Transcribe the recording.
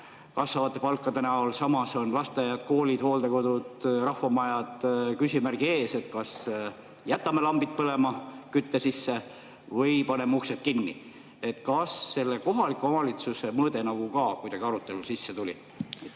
kasvavate palkade näol, samas on lasteaiad, koolid, hooldekodud, rahvamajad küsimärgi ees, kas jätame lambid põlema ja kütte sisse või paneme uksed kinni. Kas kohaliku omavalitsuse mõõde ka kuidagi arutelusse tuli? Jaak